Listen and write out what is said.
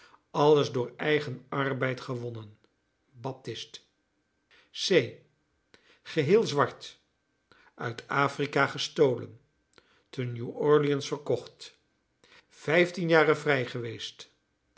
alles door eigen arbeid gewonnen baptist c geheel zwart uit afrika gestolen te new-orleans verkocht vijftien jaren vrij geweest